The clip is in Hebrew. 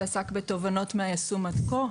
שעסק בתובנות מהיישום עד כה.